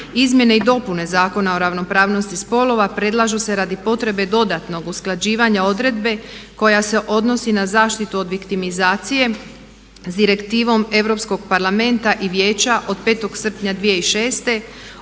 Izmjene i dopuna Zakona o ravnopravnosti spolova predlažu se radi potrebe dodatnog usklađivanja odredbe koja se odnosi na zaštitu objektimizacije s Direktivom Europskog parlamenta i vijeća od 5. srpnja 2006.